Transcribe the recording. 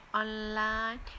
online